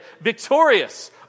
victorious